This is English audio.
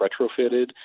retrofitted